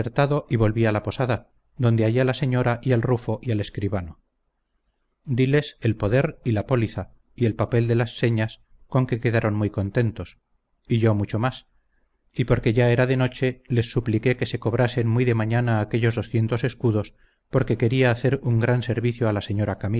y volví a la posada donde hallé a la señora y al rufo y al escribano diles el poder y la póliza y el papel de las señas con que quedaron muy contentos y yo mucho más y porque ya era de noche les supliqué que se cobrasen muy de mañana aquellos doscientos escudos porque quería hacer un gran servicio a la señora